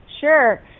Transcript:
Sure